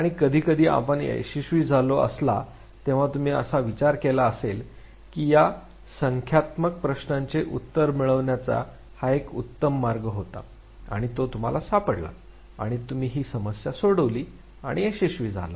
आणि कधीकधी आपण यशस्वी झाले असला तेव्हा तुम्ही असा विचार केला असेल कि या संख्यात्मक प्रश्नांचे उत्तर मिळवण्याचा हा एक उत्तम मार्ग होताआणि तो तुम्हाला सापडला आणि तुम्ही ती समस्या सोडवली आणि यशस्वी झालात